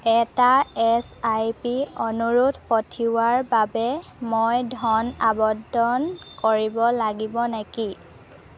এটা S I P অনুৰোধ পঠিওৱাৰ বাবে মই ধন আবণ্টন কৰিব লাগিব নেকি